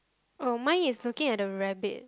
oh mine is looking at the rabbit